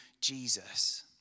Jesus